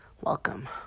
welcome